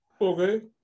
Okay